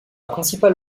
principale